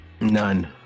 None